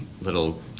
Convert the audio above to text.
Little